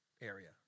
area